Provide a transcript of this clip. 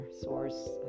source